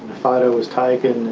photo was taken